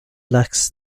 lacks